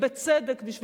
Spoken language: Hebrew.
ובצדק,